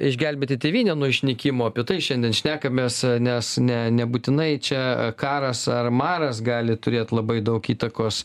išgelbėti tėvynę nuo išykimo apie tai šiandien šnekamės nes ne nebūtinai čia karas ar maras gali turėt labai daug įtakos